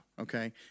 Okay